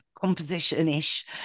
composition-ish